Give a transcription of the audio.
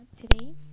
today